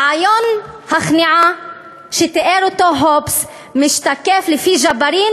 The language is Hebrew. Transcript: רעיון הכניעה שתיאר הובס משתקף לפי ג'בארין